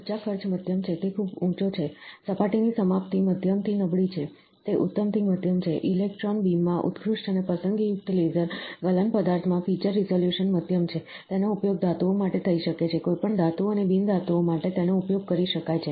ઊર્જા ખર્ચ મધ્યમ છે તે ખૂબ ઊંચો છે સપાટીની સમાપ્તિ મધ્યમથી નબળી છે તે ઉત્તમથી મધ્યમ છે ઇલેક્ટ્રોન બીમમાં ઉત્કૃષ્ટ અને પસંદગીયુક્ત લેસર ગલન પદાર્થમાં ફિચર રિઝોલ્યુશન મધ્યમ છે તેનો ઉપયોગ ધાતુઓ માટે થઈ શકે છે કોઈપણ ધાતુઓ અને બિન ધાતુઓ માટે તેનો ઉપયોગ કરી શકાય છે